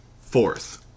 fourth